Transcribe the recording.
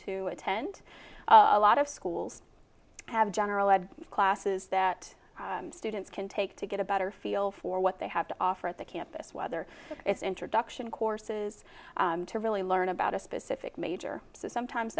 to attend a lot of schools have general ed classes that students can take to get a better feel for what they have to offer at the campus whether it's introduction courses to really learn about a specific major sometimes